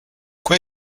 quoi